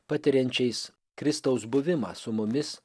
patiriančiais kristaus buvimą su mumis